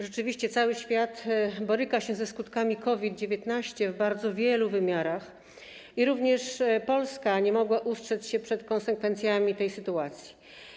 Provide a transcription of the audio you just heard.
Rzeczywiście cały świat boryka się ze skutkami COVID-19 w bardzo wielu wymiarach i również Polska nie mogła ustrzec się przed konsekwencjami tej sytuacji.